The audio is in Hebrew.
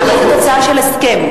מי לא רוצה הסכם?